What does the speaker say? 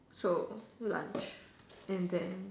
so lunch and then